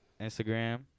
Instagram